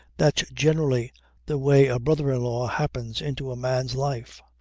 that's generally the way a brother-in-law happens into a man's life.